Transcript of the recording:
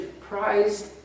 prized